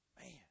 Man